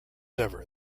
ever